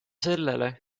sellele